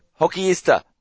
Hockeyista